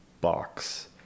box